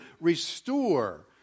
restore